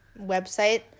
website